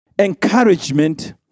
encouragement